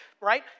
right